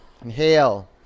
Inhale